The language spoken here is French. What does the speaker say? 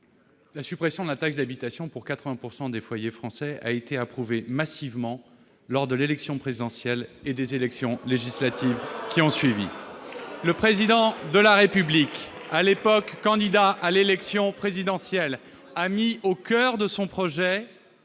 la suppression de la taxe d'habitation pour 80 % des foyers français a été approuvée massivement lors de l'élection présidentielle et des élections législatives qui ont suivi. Le Président de la République, à l'époque candidat à l'élection présidentielle, a mis au coeur de son projet